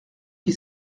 qui